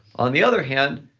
on the other hand,